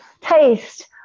taste